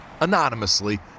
anonymously